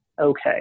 okay